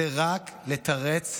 רק לתרץ,